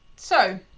so,